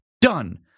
Done